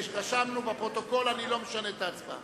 רשמנו בפרוטוקול, אני לא משנה את ההצבעה